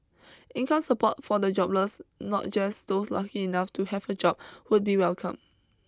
income support for the jobless not just those lucky enough to have a job would be welcome